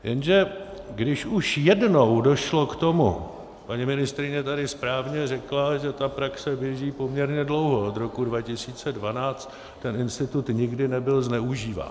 Jenže když už jednou došlo k tomu paní ministryně tady správně řekla, že ta praxe běží poměrně dlouho, od roku 2012, ten institut nikdy nebyl zneužíván.